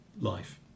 life